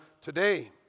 today